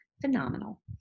phenomenal